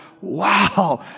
wow